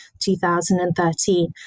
2013